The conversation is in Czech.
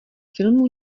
filmů